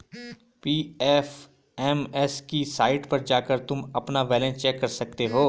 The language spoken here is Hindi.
पी.एफ.एम.एस की साईट पर जाकर तुम अपना बैलन्स चेक कर सकते हो